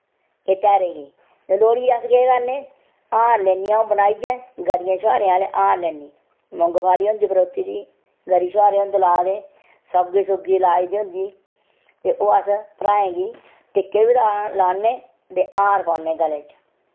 एह् तेहारे गी ते लोह्ड़ी अस केह् करने हार लैन्नी अ'ऊं बनाइयै गरियें छहारें आह्ले हार लैन्नी मूंगफली होंदी प्रोए दी गरी छुआरे होंदे लाए दे सौग्गी सुग्गी लाई दी होंदी ते ओह् अस भ्राएं गी टिक्के बी ला लान्ने ते हार पोआने गले च